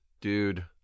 Dude